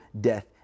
death